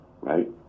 right